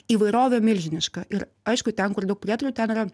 įvairovė milžiniška ir aišku ten kur daug prietarų ten yra